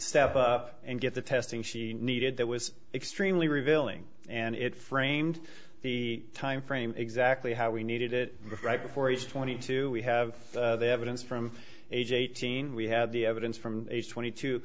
step up and get the testing she needed that was extremely revealing and it framed the timeframe exactly how we needed it right before age twenty two we have the evidence from age eighteen we had the evidence from age twenty two